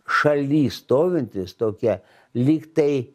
šaly stovintys tokie lygtai